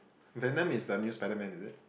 Venom is the new spiderman is it